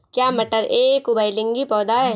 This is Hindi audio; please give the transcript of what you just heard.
क्या मटर एक उभयलिंगी पौधा है?